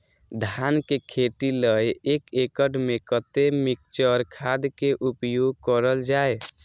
धान के खेती लय एक एकड़ में कते मिक्चर खाद के उपयोग करल जाय?